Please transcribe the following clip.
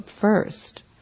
first